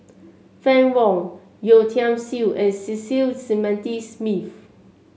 Fann Wong Yeo Tiam Siew and Cecil Clementi Smith